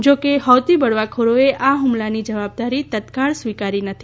જો કે હૌતી બળવાખોરોએ આ હુમલાની જવાબદારી તત્કાળ સ્વિકારી નથી